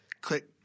click